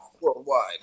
worldwide